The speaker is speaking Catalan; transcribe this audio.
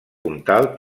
comtal